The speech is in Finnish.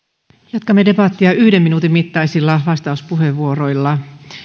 jatkamme debattia yhden minuutin mittaisilla vastauspuheenvuoroilla